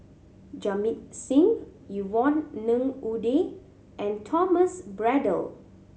Jamit Singh Yvonne Ng Uhde and Thomas Braddell